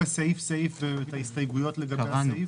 סעיף-סעיף ואת ההסתייגויות לגבי הסעיף?